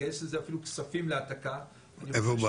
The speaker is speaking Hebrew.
לגייס לזה אפילו כספים להעתקה --- איפה,